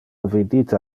vidite